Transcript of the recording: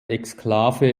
exklave